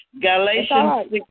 Galatians